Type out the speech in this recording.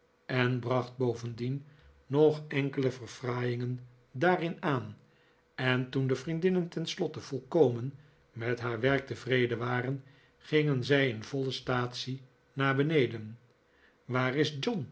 en bracht bovendien nog enkele verfraaiingen daarin aan en toen de vriendinnen tenslotte volkomen met haar werk tevreden waren gingen zij in voile staatsie naar beneden waar is